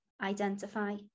Identify